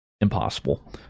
impossible